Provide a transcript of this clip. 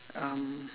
um